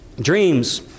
dreams